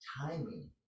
timing